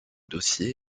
dossiers